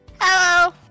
Hello